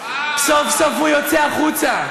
סוף סוף הוא יוצא החוצה.